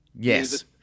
Yes